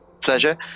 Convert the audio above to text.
pleasure